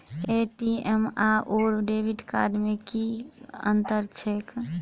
ATM आओर debit card मे की अंतर छैक?